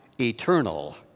eternal